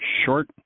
short